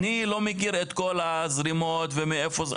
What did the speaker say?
אני לא מכיר את כל הזרימות ומאיפה זה,